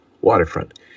Waterfront